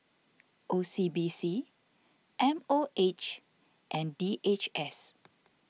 O C B C M O H and D H S